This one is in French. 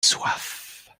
soif